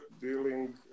dealing